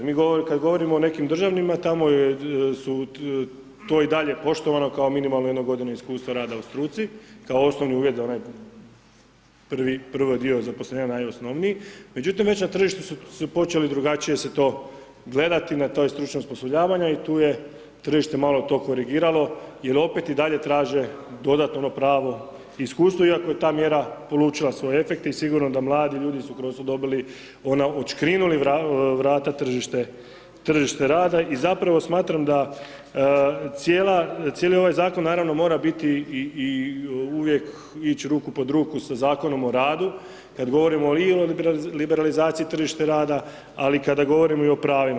Mi kad govorimo o nekim državnima, tamo je, su, to je i dalje poštovano kao minimalno jedna godina iskustva rada u struci, kao osnovni uvjet za onaj prvi dio zaposlenja najosnovniji, međutim već na tržištu su počeli drugačije se to gledati na ta stručna osposobljavanja, i tu je tržište malo to korigiralo, jer opet i dalje traže dodatno ono pravo iskustvo, iako je ta mjera polučila svoj efekt i sigurno da mladi ljudi su, koji su dobili ona, odškrinuli vrata tržište rada i zapravo smatram da cijela, cijeli ovaj Zakon naravno mora biti i uvijek ići ruku pod ruku sa Zakonom o radu, kad govorimo i o liberalizaciji tržište rada, ali i kada govorimo i o pravima.